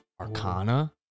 arcana